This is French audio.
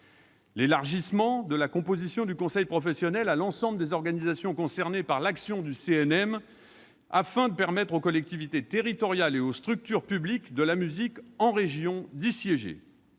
l'élargissement de la composition du conseil professionnel à l'ensemble des organisations concernées par l'action du CNM, afin de permettre aux collectivités territoriales et aux structures publiques de la musique en régions d'y siéger.